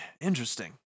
Interesting